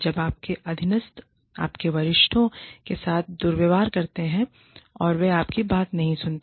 जब आपके अधीनस्थ आपके वरिष्ठों के साथ दुर्व्यवहार करते हैं और वे आपकी बात नहीं सुनते